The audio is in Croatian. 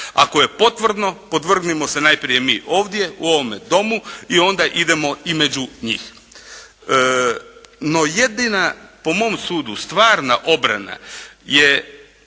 Ako je potvrdno, podvrgnimo se najprije mi ovdje u ovome Domu i onda idemo i među njih. No, jedina po mom sudu stvarna obrana je,